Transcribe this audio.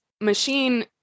machine